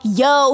yo